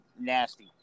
nasty